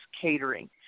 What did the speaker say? catering